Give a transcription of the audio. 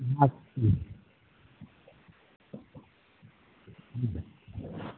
হুম আসছি